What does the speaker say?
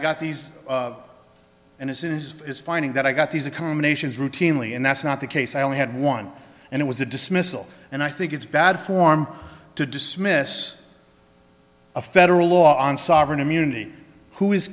got these and as it is it's finding that i got these accommodations routinely and that's not the case i only had one and it was a dismissal and i think it's bad form to dismiss a federal law on sovereign immunity who is